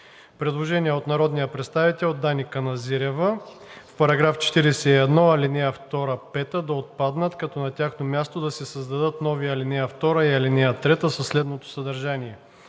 Предложение от народния представител Дани Каназирева: „В § 41 ал. 2 – 5 да отпаднат, като на тяхно място да се създадат нови ал. 2 и ал. 3 със следното съдържание: